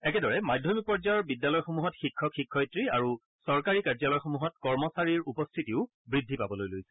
একেদৰে মাধ্যমিক পৰ্যায়ৰ বিদ্যালয়সমূহত শিক্ষক শিক্ষয়িত্ৰী আৰু চৰকাৰী কাৰ্যালয়সমূহত কৰ্মচাৰীৰ উপস্থিতিও বৃদ্ধি পাবলৈ লৈছে